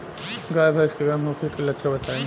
गाय भैंस के गर्म होखे के लक्षण बताई?